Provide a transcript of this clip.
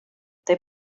they